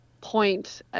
point